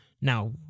Now